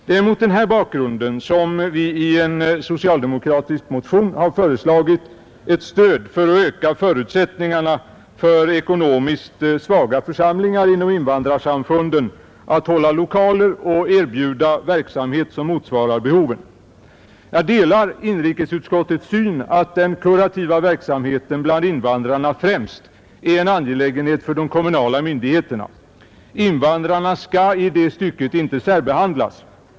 Det är mot den här bakgrunden som vi i en socialdemokratisk motion har föreslagit ett stöd för att öka förutsättningarna för ekonomiskt svaga församlingar inom invandrarsamfunden att hålla lokaler och erbjuda verksamhet som motsvarar behoven. Jag delar inrikesutskottets syn att den kurativa verksamheten bland invandrarna främst är en angelägenhet för de kommunala myndigheterna. Invandrarna skall i det stycket inte särbehandlas.